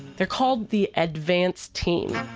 they're called the advance team.